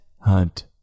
Hunt